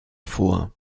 vor